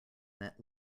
that